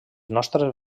nostres